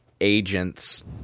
agents